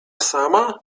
sama